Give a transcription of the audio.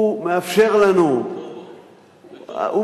הוא מאפשר לנו, בטורבו.